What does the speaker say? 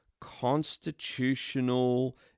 constitutional